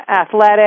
athletic